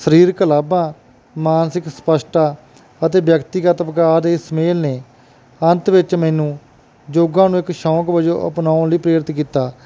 ਸਰੀਰਕ ਲਾਭਾਂ ਮਾਨਸਿਕ ਸਪੱਸ਼ਟਤਾ ਅਤੇ ਵਿਅਕਤੀਗਤ ਪਕਾ ਦੇ ਸੁਮੇਲ ਨੇ ਅੰਤ ਵਿੱਚ ਮੈਨੂੰ ਯੋਗਾ ਨੂੰ ਇੱਕ ਸ਼ੌਕ ਵਜੋਂ ਅਪਣਾਉਣ ਲਈ ਪ੍ਰੇਰਿਤ ਕੀਤਾ